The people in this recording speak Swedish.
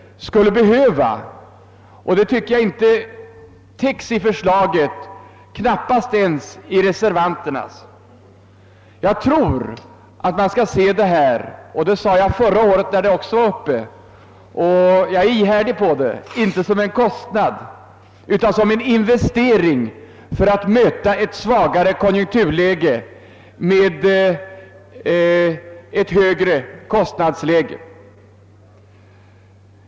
Behovet täcks inte av Kungl. Maj:ts förslag — knappast ens av Jag tror att man skall se dessa anslag — det sade jag redan när vi förra året diskuterade dem och jag är ihärdig på den punkten — inte som en kostnad utan som en investering för att möta ett svagare konjunkturläge med ett högre kostnadsläge.